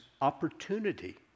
opportunity